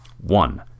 One